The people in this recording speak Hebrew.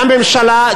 לממשלה,